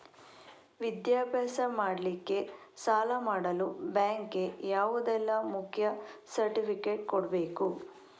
ವಿದ್ಯಾಭ್ಯಾಸ ಮಾಡ್ಲಿಕ್ಕೆ ಸಾಲ ಮಾಡಲು ಬ್ಯಾಂಕ್ ಗೆ ಯಾವುದೆಲ್ಲ ಮುಖ್ಯ ಸರ್ಟಿಫಿಕೇಟ್ ಕೊಡ್ಬೇಕು?